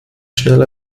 schnell